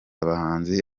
abahanzi